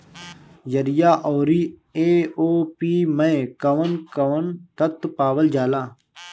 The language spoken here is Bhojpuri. यरिया औरी ए.ओ.पी मै कौवन कौवन तत्व पावल जाला?